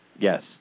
Yes